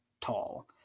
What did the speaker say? tall